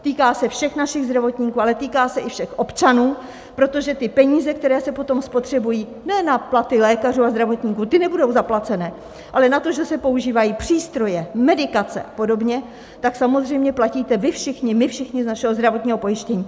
Týká se všech našich zdravotníků, ale týká se i všech občanů, protože ty peníze, které se potom spotřebují ne na platy lékařů a zdravotníků, ty nebudou zaplacené, ale na to, že se používají přístroje, medikace a podobně tak samozřejmě platíme my všichni z našeho zdravotního pojištění.